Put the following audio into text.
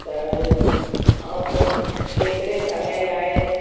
त ऐं केतिरे समय लाइ